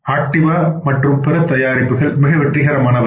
ஆக்டிவா மற்றும் பிற தயாரிப்புகள்மிகவும் வெற்றிகரமானவை